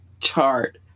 chart